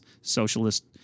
socialist